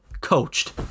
coached